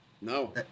No